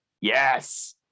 Yes